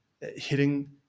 hitting